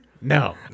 no